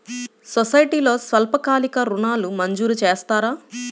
సొసైటీలో స్వల్పకాలిక ఋణాలు మంజూరు చేస్తారా?